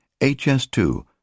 HS2